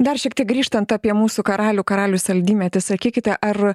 dar šiek tiek grįžtant apie mūsų karalių karalius saldymedis sakykite ar